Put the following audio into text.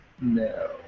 No